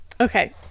Okay